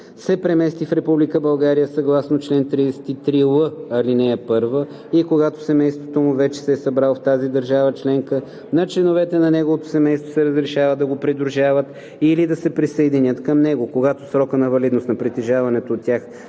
се премести в Република България съгласно чл. 33л, ал. 1 и когато семейството му вече се е събрало в тази държава членка, на членовете на неговото семейство се разрешава да го придружат или да се присъединят към него. Когато срокът на валидност на притежаваното от тях